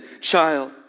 child